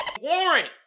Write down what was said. warrant